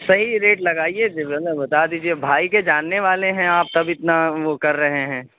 صحیح ریٹ لگائیے پھر جو ہے بتا دیجیے بھائی کے جاننے والے ہیں آپ تب اتنا وہ کر رہے ہیں